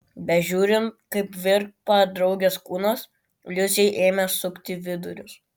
bežiūrint kaip virpa draugės kūnas liusei ėmė sukti vidurius